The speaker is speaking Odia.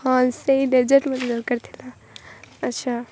ହଁ ସେଇ ଡେଜର୍ଟ ମୋତେ ଦରକାର ଥିଲା ଆଚ୍ଛା